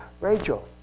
Rachel